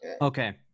Okay